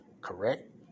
Correct